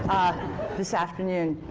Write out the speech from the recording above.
this afternoon.